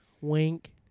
wink